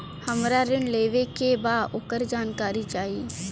हमरा ऋण लेवे के बा वोकर जानकारी चाही